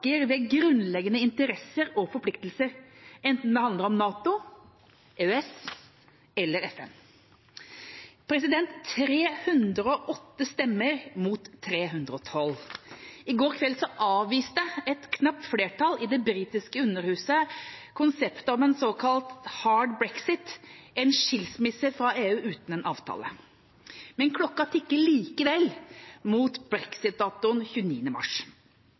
ved grunnleggende interesser og forpliktelser, enten det handler om NATO, EØS eller FN. 308 stemmer mot 312: I går kveld avviste et knapt flertall i det britiske underhuset konseptet om en såkalt «hard brexit», en skilsmisse fra EU uten en avtale. Klokka tikker likevel mot brexit-datoen 29. mars.